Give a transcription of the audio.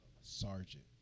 Sergeant